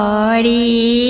already